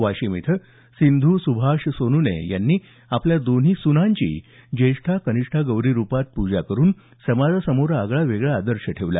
वाशिम इथं सिंध् सुभाष सोन्ने यांनी आपल्या दोन्ही सुनांची ज्येष्ठा कनिष्ठा गौरी रुपात पूजा करून समाजासमोर आगळावेगळा आदर्श ठेवला